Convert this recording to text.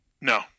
No